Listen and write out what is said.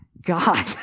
God